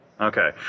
Okay